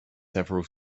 several